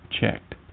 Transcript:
checked